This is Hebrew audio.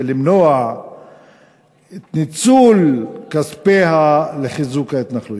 למנוע את ניצול כספיה לחיזוק ההתנחלויות.